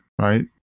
right